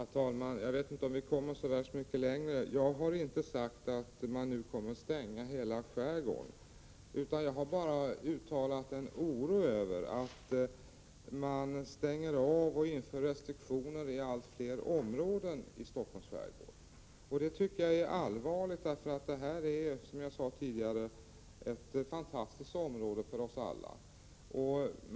Herr talman! Jag vet inte om vi kommer så värst mycket längre. Jag har inte sagt att man nu kommer att stänga hela skärgården, utan bara uttalat en oro över att man stänger av och inför restriktioner i allt fler områden i Stockholms skärgård. Det tycker jag är allvarligt, eftersom detta är, som jag sade tidigare, ett fantastiskt område för oss alla.